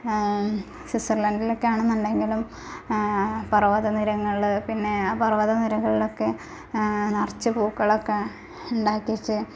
സ്വിറ്റ്സർലാൻഡിലൊക്കെ ആണെന്നുണ്ടെങ്കിലും പർവ്വതനിരകൾ പിന്നെ ആ പർവ്വതനിരകളിലൊക്കെ നിറച്ച് പൂക്കളൊക്കെ ഉണ്ടാക്കിയിട്ട്